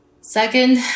Second